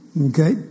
Okay